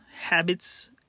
habits